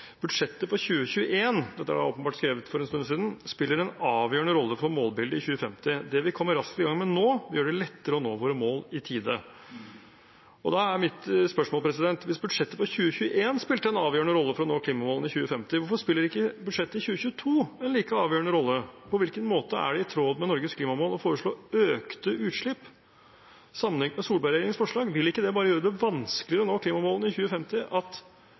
for 2021» – dette er åpenbart skrevet for en stund siden – «spiller en avgjørende rolle for målbildet i 2050. Det vi kommer raskt i gang med nå vil gjøre det lettere å nå våre mål i tide» Da er mitt spørsmål: Hvis budsjettet for 2021 spilte en avgjørende rolle for å nå klimamålene i 2050, hvorfor spiller ikke budsjettet i 2022 en like avgjørende rolle? På hvilken måte er det i tråd med Norges klimamål å foreslå økte utslipp sammenlignet med Solberg-regjeringens forslag? Vil ikke det bare gjøre det vanskeligere å nå klimamålene i 2050 at